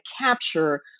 capture